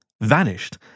vanished